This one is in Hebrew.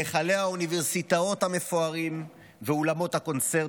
מהיכלי האולמות המפוארים ואולמות הקונצרטים,